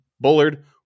Bullard